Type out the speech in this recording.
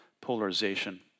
polarization